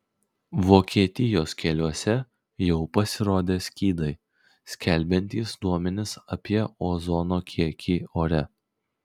vokietijos keliuose jau pasirodė skydai skelbiantys duomenis apie ozono kiekį ore